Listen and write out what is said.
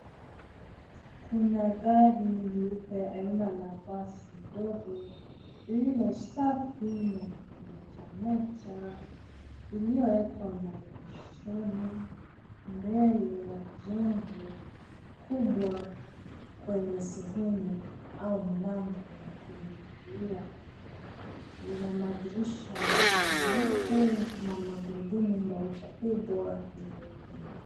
Kuna gari nyeupe aina la basi dogo lililo safi na likimetameta iliowekwa maegeshoni mbele ya jengo kubwa kwenye sehemu au mlango wa kuingililia. Lina madirisha nyeupe na magurudumu makubwa nyeupe.